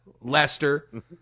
Lester